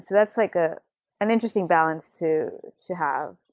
so that's like ah an interesting balance to to have.